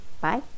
Bye